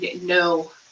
no